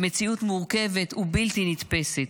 במציאות מורכבת ובלתי נתפסת,